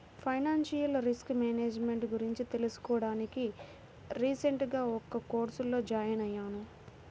financial risk management గురించి తెలుసుకోడానికి recent గా ఒక కోర్సులో జాయిన్ అయ్యాను